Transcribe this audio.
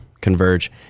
converge